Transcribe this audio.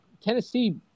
Tennessee